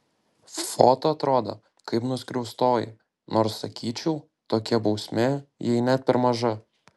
foto atrodo kaip nuskriaustoji nors sakyčiau tokia bausmė jai net per maža